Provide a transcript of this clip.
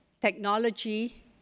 technology